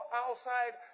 outside